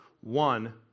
one